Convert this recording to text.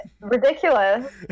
ridiculous